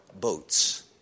boats